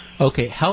Okay